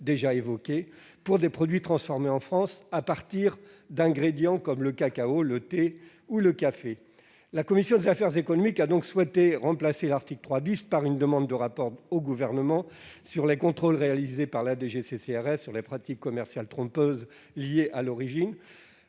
de l'article pour des produits transformés en France à partir d'ingrédients comme le cacao, le thé ou le café. La commission des affaires économiques a souhaité remplacer l'article 3 par une demande de rapport au Gouvernement sur les contrôles réalisés par la DGCCRF sur les pratiques commerciales trompeuses liées à l'origine.